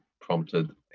prompted